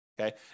okay